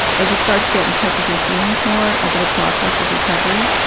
as you start to get in touch with your feelings more over the process of recovery,